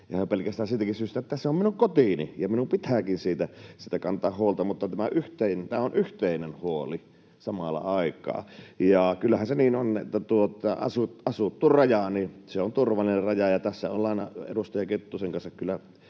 pelkästään siitäkin syystä, että se on minun kotini ja minun pitääkin siitä kantaa huolta, mutta tämä on yhteinen huoli samalla aikaa. Kyllähän se niin on, että asuttu raja on turvallinen raja, ja tässä ollaan edustaja Kettusen kanssa